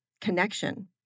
connection